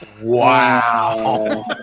Wow